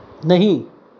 नहीं